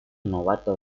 novato